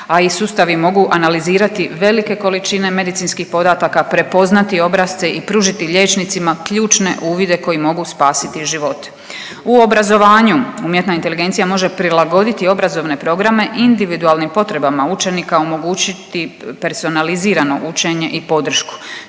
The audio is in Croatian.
a i sustavi mogu analizirati velike količine medicinskih podataka, prepoznati obrasce i pružiti liječnicima ključne uvide koji mogu spasiti život. U obrazovanju umjetna inteligencija može prilagoditi obrazovne programe individualnim potrebama učenika, omogućiti personalizirano učenje i podršku.